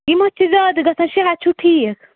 یِم چھِ زیادٕ گژھان شےٚ ہَتھ چھُو ٹھیٖک